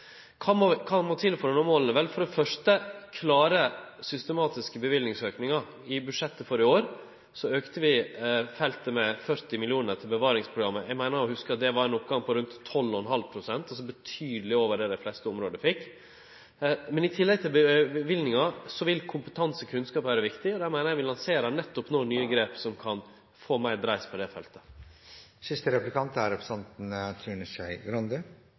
Kva må til for å nå måla? For det første må vi klare å få til ein systematisk auke i løyvingane. I budsjettet for i år auka vi feltet med 40 mill. kr til bevaringsprogrammet. Eg meiner å hugse at det var rundt 12,5 pst., altså betydeleg over det dei fleste områda fekk. Men i tillegg til løyvingar vil kompetanse, kunnskap, vere viktig. Vi lanserer nettopp no nye grep som kan få meir dreis på det feltet. Det er et spørsmål jeg har lyst til